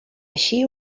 així